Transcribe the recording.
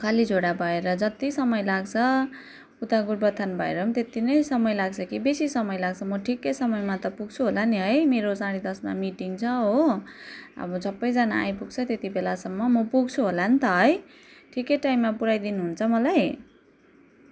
कालीझोडा भएर जत्ति समय लाग्छ उता गोरुबथान भएर पनि त्यति नै समय लाग्छ कि बेसी समय लाग्छ म ठिकै समयमा त पुग्छु होला नि है मेरो साँढे दसमा मिटिङ छ हो अब सबैजना आइपुग्छ त्यतिबेलासम्म म पुग्छु होला नि त है ठिकै टाइममा पुऱ्याइदिनुहुन्छ मलाई